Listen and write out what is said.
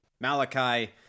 Malachi